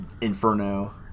Inferno